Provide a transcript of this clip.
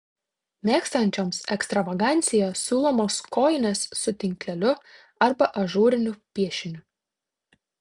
mėgstančioms ekstravaganciją siūlomos kojinės su tinkleliu arba ažūriniu piešiniu